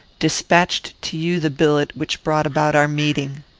despatched to you the billet which brought about our meeting.